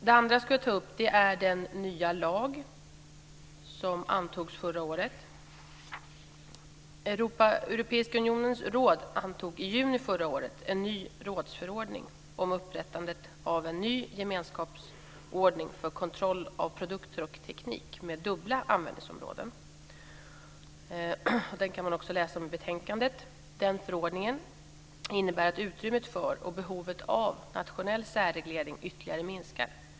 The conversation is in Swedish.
Den andra frågan jag vill ta upp gäller den nya lag som antogs förra året. Europeiska unionens råd antog i juni förra året en ny rådsförordning om upprättandet av en ny gemenskapsordning för kontroll av produkter och teknik med dubbla användningsområden. Den kan man också läsa om i betänkandet. Förordningen innebär att utrymmet för och behovet av nationell särreglering ytterligare minskar.